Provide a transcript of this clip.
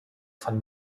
von